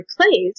replaced